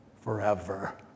forever